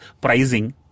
pricing